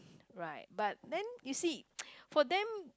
right but then you see for them